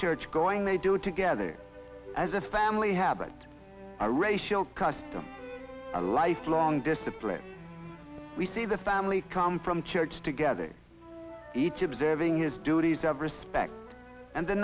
church going they do together as a family habit a racial custom a lifelong discipline we see the family come from church together each observing his duties of respect and the